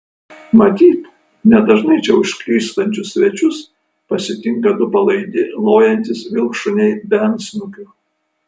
matyt nedažnai čia užklystančius svečius pasitinka du palaidi lojantys vilkšuniai be antsnukių